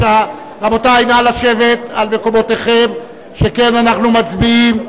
רבותי, נא לשבת על מקומותיכם, שכן אנחנו מצביעים.